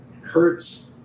hurts